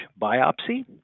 biopsy